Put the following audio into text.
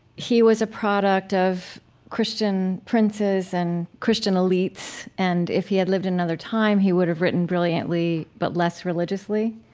was a product of christian princes and christian elites, and if he had lived in another time, he would have written brilliantly, but less religiously.